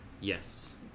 Yes